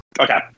okay